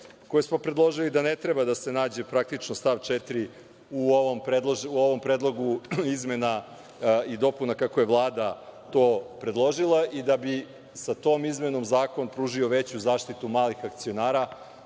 koje smo predložili, da ne treba da se nađe praktično stav 4. u ovom predlogu izmena i dopuna kako je Vlada to predložila i da bi sa tom izmenom zakon pružio veću zaštitu malim akcionarima